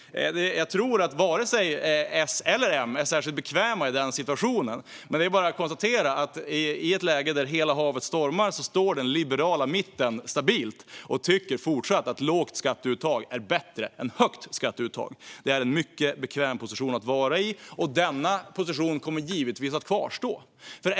Jag tror att varken S eller M är särskilt bekväma i den situationen. Men i ett läge där hela havet stormar är det bara att konstatera att den liberala mitten står stabilt och fortsatt tycker att lågt skatteuttag är bättre än högt skatteuttag. Det är en mycket bekväm position att vara i, och denna position kommer givetvis att kvarstå.